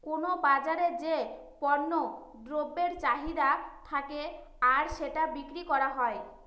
কোনো বাজারে যে পণ্য দ্রব্যের চাহিদা থাকে আর সেটা বিক্রি করা হয়